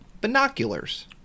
Binoculars